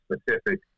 specific